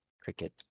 Cricket